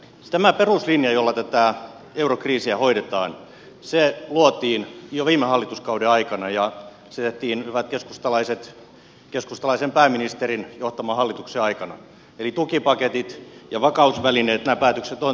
tämä peruslinja jolla eurokriisiä hoidetaan luotiin jo viime hallituskauden aikana ja se tehtiin hyvät keskustalaiset keskustalaisen pääministerin johtaman hallituksen aikana eli tukipaketit ja vakausvälineet ja nämä päätökset on tehty jo silloin